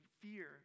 fear